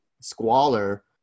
squalor